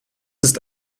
ist